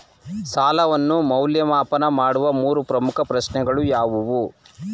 ಸಾಲವನ್ನು ಮೌಲ್ಯಮಾಪನ ಮಾಡುವ ಮೂರು ಪ್ರಮುಖ ಪ್ರಶ್ನೆಗಳು ಯಾವುವು?